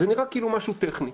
זה נראה כאילו משהו טכני.